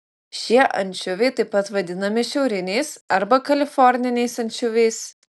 šie ančiuviai taip pat vadinami šiauriniais arba kaliforniniais ančiuviais